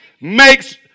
makes